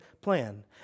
plan